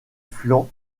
flancs